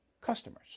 customers